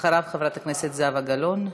אחריו, חברת הכנסת זהבה גלאון.